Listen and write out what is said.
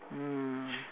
mm